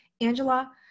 Angela